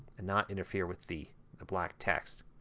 and not interfere with the the black text.